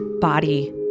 body